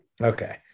okay